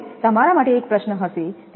હવે તમારા માટે એક પ્રશ્ન હશે તે આ છે